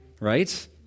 right